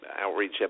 outreach